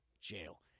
jail